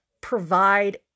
provide